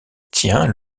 tient